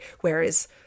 whereas